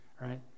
right